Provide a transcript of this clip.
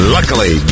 Luckily